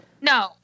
No